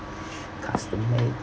custom made